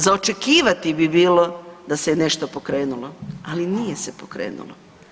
Za očekivati bi bilo da se je nešto pokrenulo, ali nije se pokrenulo.